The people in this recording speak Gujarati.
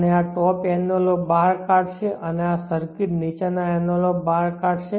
અને આ ટોપ એન્વેલોપબહાર કાઢશે અને આ સર્કિટ નીચેના એન્વેલોપબહાર કાઢશે